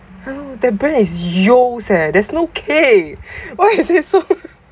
how the brand is yeo's eh there's no k why is it so